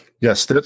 Yes